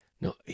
No